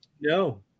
No